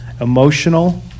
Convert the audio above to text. emotional